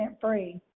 free